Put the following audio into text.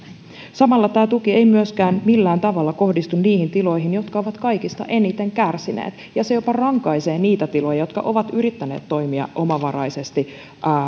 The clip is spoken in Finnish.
samalla tämä tuki ei myöskään millään tavalla kohdistu niihin tiloihin jotka ovat kaikista eniten kärsineet ja se jopa rankaisee niitä tiloja jotka ovat yrittäneet toimia omavaraisesti